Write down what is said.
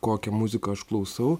kokią muziką aš klausau